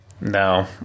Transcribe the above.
No